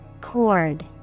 Cord